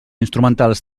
instrumentals